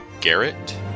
Garrett